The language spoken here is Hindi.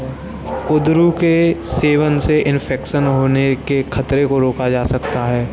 कुंदरू के सेवन से इन्फेक्शन होने के खतरे को रोका जा सकता है